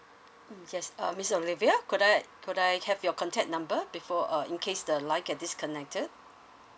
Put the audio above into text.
yes uh miss olivia could I could I have your contact number before uh in case the line get disconnected